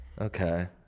Okay